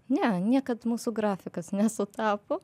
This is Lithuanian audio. ne niekad mūsų grafikas nesutapo